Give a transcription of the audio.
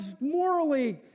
morally